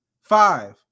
Five